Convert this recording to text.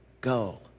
Go